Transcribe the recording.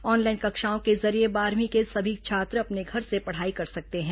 online कक्षाओं के जरिये बारहवीं के सभी छात्र अपने घर से पढ़ाई कर सकते हैं